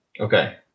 Okay